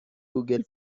گوگل